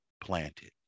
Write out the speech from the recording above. planted